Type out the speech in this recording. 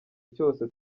cyose